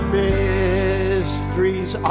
mysteries